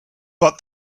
but